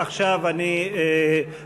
עכשיו אני רוצה,